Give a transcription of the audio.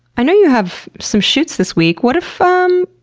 i know you have some shoots this week. what if, umm,